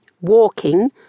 walking